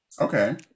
Okay